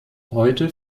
heute